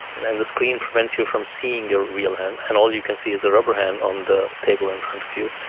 and the and the screen prevents you from seeing your real hand, and all you can see is the rubber hand on the table in front of you.